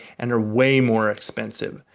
and are way more expensive.